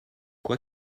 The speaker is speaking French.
quoi